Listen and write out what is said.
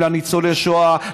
לניצולי השואה,